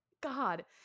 God